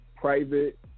private